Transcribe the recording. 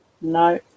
No